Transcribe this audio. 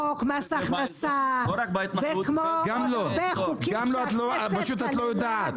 מס הכנסה וכמו הרבה חוקים שהכנסת --- את לא יודעת.